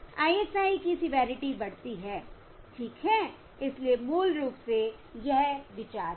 ISI की severity बढ़ती है ठीक है इसलिए मूल रूप से यह विचार है